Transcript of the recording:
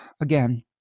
again